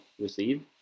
receive